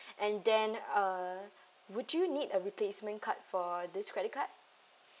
and then uh would you need a replacement card for this credit card